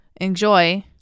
enjoy